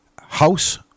house